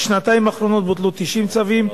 בשנתיים האחרונות בוטלו 90 צווים,